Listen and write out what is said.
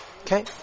Okay